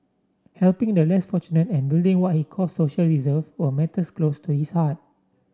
helping the less fortunate and building what he call social reserve were matters close to his heart